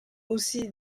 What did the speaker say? aussi